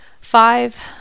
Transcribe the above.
five